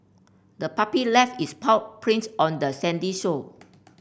the puppy left its paw prints on the sandy shore